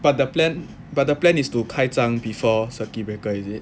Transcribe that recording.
but the plan but the plan is to 开张 before circuit breaker is it